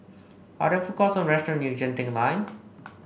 are there food courts or restaurants near Genting Lane